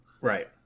Right